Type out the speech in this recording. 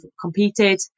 competed